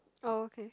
oh okay